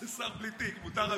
זה שר בלי תיק, מותר הכול.